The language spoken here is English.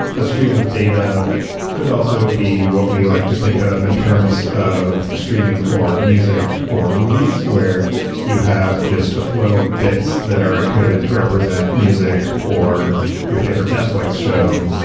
a stream of data could also be what we like to think of in terms of streaming for music or movies, where you have just a flow of bits that are encoded to represent music or your favorite netflix show.